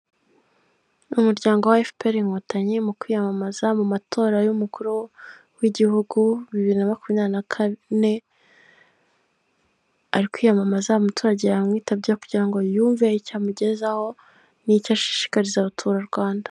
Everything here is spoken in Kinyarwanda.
Umugore wambaye ingofero w'inzobe akaba yambaye umupira urimo amabara y'umuhondo, n'umweru, n'umukara, ukaba usa ubururu arimo ibintu bizengurutse inyuma ye hari umubati bubajwe mu mbaho ku gikuta gisa umuhondo hariho igishushanyo cy'inyenyeri akaba afite amajerekani nama tereminsi.